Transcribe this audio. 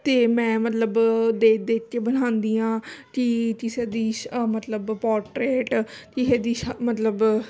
ਅਤੇ ਮੈਂ ਮਤਲਬ ਦੇਖ ਦੇਖ ਕੇ ਬਣਾਉਂਦੀ ਹਾਂ ਕਿ ਕਿਸੇ ਦੀ ਮਤਲਬ ਪੋਟਰੇਟ ਕਿਸੇ ਦੀ ਮਤਲਬ